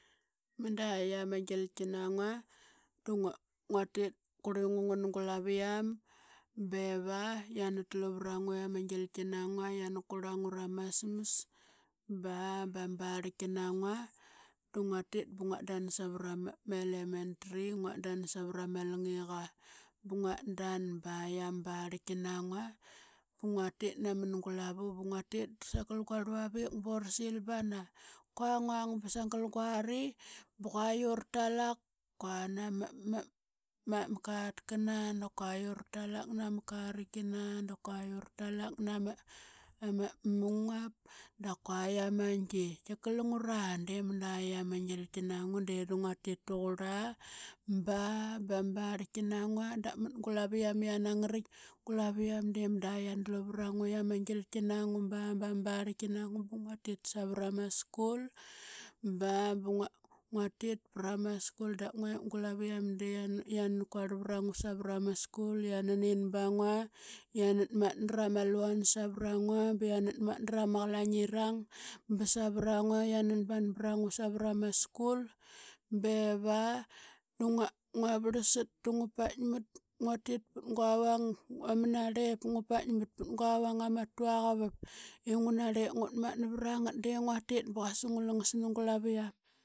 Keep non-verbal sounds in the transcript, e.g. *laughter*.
Mda yiama ngilqi naunga qurlingna ngun ga glaviam. Bera yiama tlu vrangua yiama ngilqi nangna yiama qurlangua rama sms ba bama barlqi nangua dnguatit bngnat dan savrama elementry. Nguat dam savrama lingiqa bngnat dan ba yiama barlqi nangna, ngnatik namn glavu bngnatil ngua rluavis bora bana. Qua nguang sangl nguari bora sil tana bqua ura talak guanama ma ma katqna, da kua ura lalak nama karqima, da kua ura talak nama mungap, da kua yiama ngie, tkika lungra de mda yiama vgilgi nangua de dngnatit tnqurla ba bama barlqi nangua da mat ngu laviam yiama ngaraitk. Ngu laviam de unda yia dluvangua yiama ngilqi nangua ba bam barlqi namqua. Bngua tit savrama skul ba bngua tit prama skul da ngua glaviam de yiama qurl vrangua savrama skul yiama nin bangua. Yianat matna rama luan savrangua bianat matna rama qlaing irang bsavrangua yiann ban brangna savrama skul. Beva dngua varlsat dngua pailtkmat nguatit pat ngua rang amna rlep, mat pat ngua vang ama tuaqarp, ingua narlep ngut matna vrangat dngnatit baqasa nglangas nunglaviam. *noise*